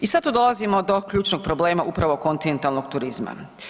I sad tu dolazimo do ključnog problema upravo kontinentalnog turizma.